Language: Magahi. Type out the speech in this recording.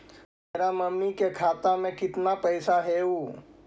मेरा मामी के खाता में कितना पैसा हेउ?